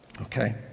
okay